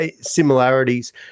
similarities